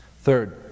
Third